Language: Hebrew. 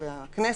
הכנסת,